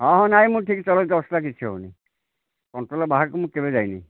ହଁ ହଁ ନାଇଁ ମୁଁ ଠିକ୍ ଚଲଉଛି ଅସୁବିଧା କିଛି ହେଉନି କଣ୍ଟ୍ରୋଲ ବାହାରକୁ ମୁଁ କେବେ ଯାଇନି